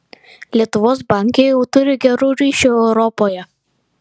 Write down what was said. lietuvos bankai jau turi gerų ryšių europoje